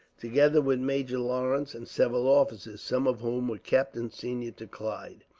together with major lawrence and several officers, some of whom were captains senior to clive.